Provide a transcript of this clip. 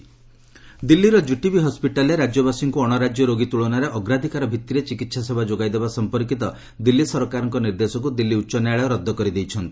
HC Delhi circular ଦିଲ୍ଲୀର କିଟିବି ହସ୍ପିଟାଲରେ ରାଜ୍ୟବାସୀଙ୍କୁ ଅଣ ରାଜ୍ୟ ରୋଗୀ ତୁଳନାରେ ଅଗ୍ରାଧିକାର ଭିଭିରେ ଚିକିତ୍ସା ସେବା ଯୋଗାଇଦେବା ସମ୍ପର୍କୀତ ଦିଲ୍ଲୀ ସରକାରଙ୍କ ନିର୍ଦ୍ଦେଶକୁ ଦିଲ୍ଲୀ ଉଚ୍ଚ ନ୍ୟାୟାଳୟ ରଦ୍ଦ କରିଦେଇଛନ୍ତି